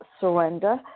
surrender